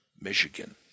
Michigan